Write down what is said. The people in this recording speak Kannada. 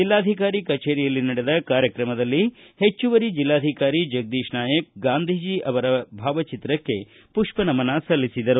ಜಿಲ್ಲಾಧಿಕಾರಿ ಕಚೇರಿಯಲ್ಲಿ ನಡೆದ ಕಾರ್ಯಕ್ರಮದಲ್ಲಿ ಹೆಚ್ಚುವರಿ ಜಿಲ್ಲಾಧಿಕಾರಿ ಜಗದೀಶ್ ನಾಯಕ್ ಗಾಂಧೀಜಿ ಅವರ ಭಾವಚಿತ್ರಕ್ಕೆ ಮಷ್ಪನಮನ ಸಲ್ಲಿಸಿದರು